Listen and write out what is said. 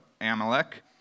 Amalek